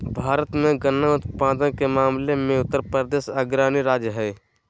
भारत मे गन्ना उत्पादन के मामले मे उत्तरप्रदेश अग्रणी राज्य हय